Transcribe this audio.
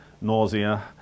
nausea